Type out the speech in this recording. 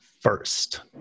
first